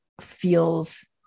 feels